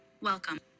Welcome